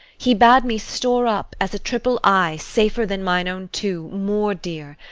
he bade me store up as a triple eye, safer than mine own two, more dear.